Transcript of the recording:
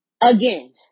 Again